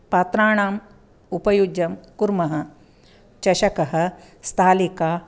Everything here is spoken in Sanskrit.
पात्राणाम् उपयुज्यं कुर्मः चषकः स्थालिका